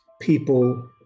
people